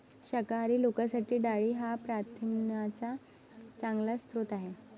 शाकाहारी लोकांसाठी डाळी हा प्रथिनांचा चांगला स्रोत आहे